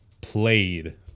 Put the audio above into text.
played